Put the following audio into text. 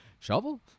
Shovel